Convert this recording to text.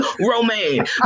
Romaine